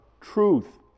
truth